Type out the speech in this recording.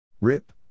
Rip